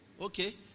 Okay